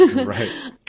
Right